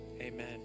amen